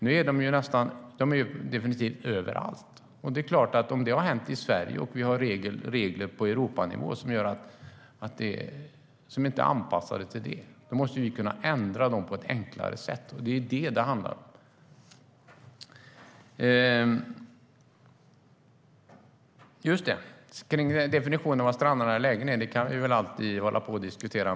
Nu finns den överallt. Om vi då har regler på Europanivå som inte är anpassade till en sådan spridning måste vi kunna ändra reglerna på ett enkelt sätt. Det är det som det handlar om. Definitionen av strandnära lägen kan vi hålla på att diskutera.